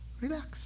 Relax